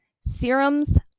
serums